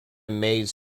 maize